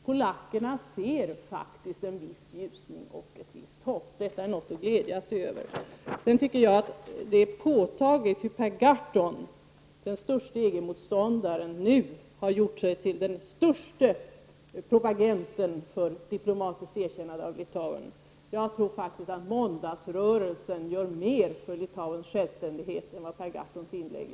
Polackerna ser faktiskt en viss ljusning och ett visst hopp. Det är något att glädja sig över. Sedan tycker jag att det är påtagligt hur Per Gahrton, den störste EG-motståndaren, nu har gjort sig till den störste propagenten för ett diplomatiskt erkännande av Litauen. Jag tror faktiskt att måndagsrörelsen gör mer för Litauens självständighet än Per Gahrtons inlägg.